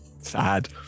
sad